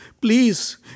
please